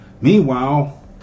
Meanwhile